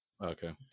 Okay